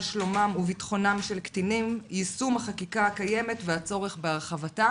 שלומם וביטחונם של קטינים יישום החקיקה הקיימת והצורך בהרחבתה.